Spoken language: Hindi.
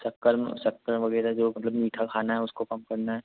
शक्कर में शक्कर वगैरह जो मतलब मीठा खाना है उसको कम करना है